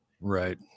right